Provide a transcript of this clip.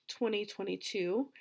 2022